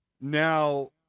now